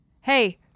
Hey